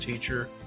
Teacher